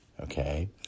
okay